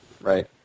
Right